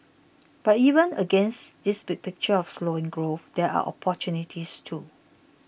but even against this big picture of slowing growth there are opportunities too